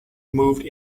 moved